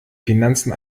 finanzen